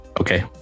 okay